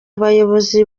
abayobozi